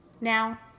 Now